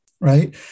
right